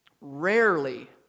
Rarely